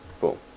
Boom